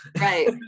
right